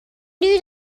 knew